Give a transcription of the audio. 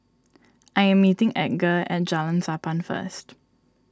I am meeting Edgar at Jalan Sappan first